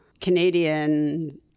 Canadian